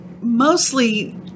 mostly